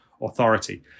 authority